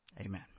Amen